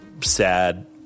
sad